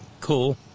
cool